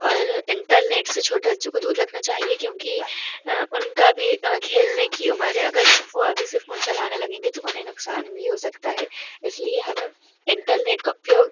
और इंटरनेट से छोटे बच्चों को दूर रखना चाहिए क्योंकि हाँ उनका भी खेलने की उम्र है अगर वे अभी से फ़ोन चलाने लगेंगे तो उन्हें नुकसान भी हो सकता है इसलिए हमें इंटरनेट का उपयोग